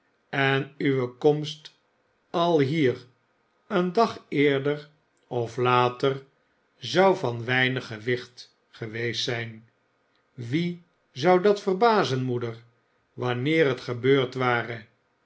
en uwe komst alhier een dag eerder of later zou van zeer weinig gewicht geweest zijn wien zou dat verbazen moeder wanneer het gebeurd ware